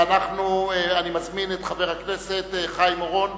אני מזמין את חבר הכנסת חיים אורון